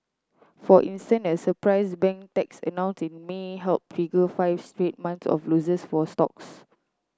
for instance a surprise bank tax announce in May help trigger five straight months of losses for stocks